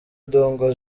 dogo